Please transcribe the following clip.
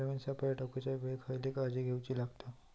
Pheromone सापळे टाकूच्या वेळी खयली काळजी घेवूक व्हयी?